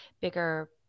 bigger